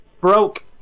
broke